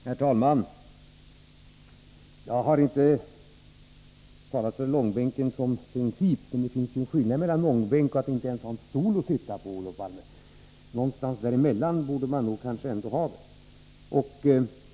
Herr talman! Jag har inte talat för långbänken som princip, men det finns ju en skillnad mellan långbänk och att inte alls ha en stol att sitta på, Olof Palme. Någonstans däremellan borde det kanske ändå finnas någonting.